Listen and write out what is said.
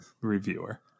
reviewer